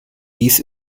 hieß